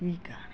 ठीकु आहे हाणे